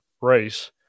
race